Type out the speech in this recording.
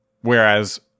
Whereas